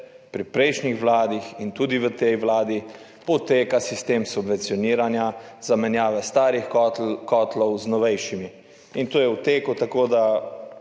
pri prejšnji vladi in tudi v tej vladi poteka sistem subvencioniranja zamenjave starih kotlov z novejšimi, in to je v teku, tako da